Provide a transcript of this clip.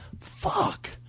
fuck